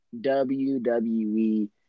WWE